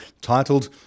titled